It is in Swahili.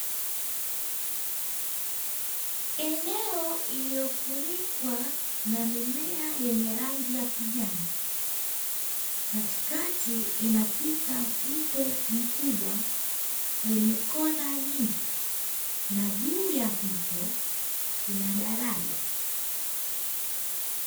Eneo iliyofunikwa na mimea yenye rangi ya kijani, katikati inapita mto mkubwa, wenye kona nyingi, na juu ya mto kuna daraja .